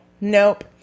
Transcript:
Nope